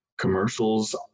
commercials